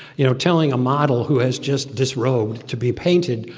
you know, telling a model who has just disrobed to be painted,